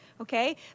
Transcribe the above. okay